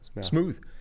Smooth